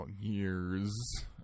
Years